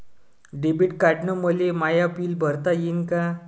Debit कार्डानं मले माय बिल भरता येईन का?